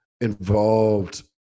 involved